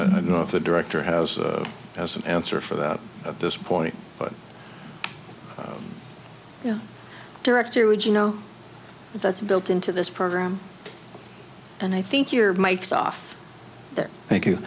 i don't know if the director has has an answer for that at this point but you know director would you know that's built into this program and i think your mike's off there thank you